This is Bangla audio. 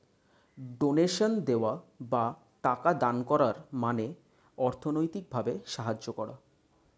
ডোনেশনে দেওয়া বা টাকা দান করার মানে অর্থনৈতিক ভাবে সাহায্য করা